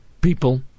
people